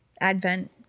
advent